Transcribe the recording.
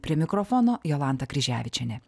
prie mikrofono jolanta kryževičienė